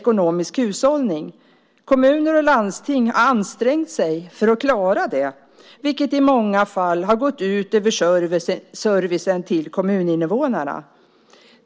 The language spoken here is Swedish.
Kommuner och landsting har ansträngt sig för att klara detta, vilket i många fall har gått ut över servicen till kommuninnevånarna.